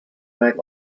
night